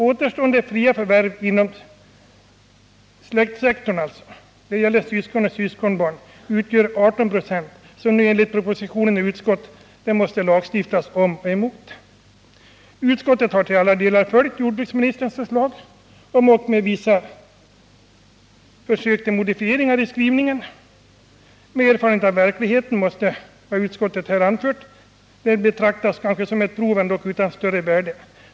Återstående fria förvärv inom släktsektorn, syskon och syskonbarn, utgör 18 96. Enligt propositionen och utskottet måste man lagstifta på det här området. Utskottet har till alla delar följt jordbruksministerns förslag, om ock med vissa försök till modifieringar i skrivningen. Med erfarenhet av verkligheten måste vad utskottet anfört tyvärr betraktas som prov utan större värde.